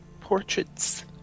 Portraits